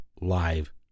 live